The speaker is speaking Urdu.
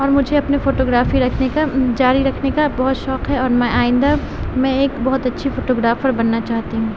اور مجھے اپنے فوٹوگرافی رکھنے کا جاری رکھنے کا بہت شوق ہے اور میں آئندہ میں ایک بہت اچھی فوٹوگرافر بننا چاہتی ہوں